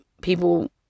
people